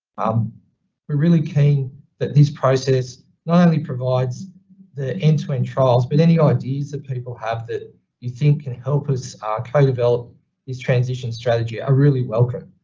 um we're really keen that this process not only provides the end to end trials, but any ideas that people have that you think can help us co-develop this transition strategy are really welcome.